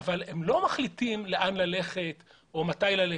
כן, אבל הם לא מחליטים לאן ללכת או מתי ללכת.